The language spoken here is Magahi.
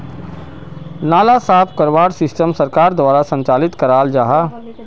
नाला साफ करवार सिस्टम सरकार द्वारा संचालित कराल जहा?